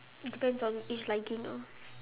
depends on each liking ah